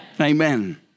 Amen